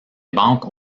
banques